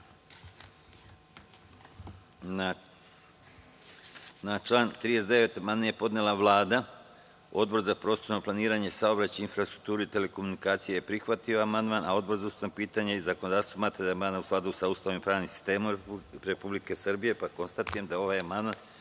Na član 39. amandman je podnela Vlada. Odbor za prostorno planiranje, saobraćaj, infrastrukturu i telekomunikacije je prihvatio amandman. Odbor za ustavna pitanja i zakonodavstvo smatra da je amandman u skladu sa Ustavom i pravnim sistemom Republike Srbije. Konstatujem da je ovaj amandman